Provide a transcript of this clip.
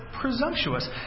presumptuous